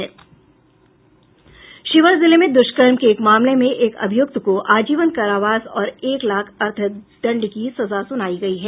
शिवहर जिले में द्रष्कर्म के एक मामले में एक अभिय्रक्त को आजीवन कारावास और एक लाख अर्थदंड की सजा सुनायी गयी है